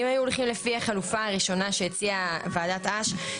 אם היו הולכים לפי החלופה הראשונה שהציעה ועדת אש,